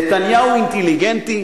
נתניהו אינטליגנטי,